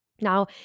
Now